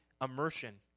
immersion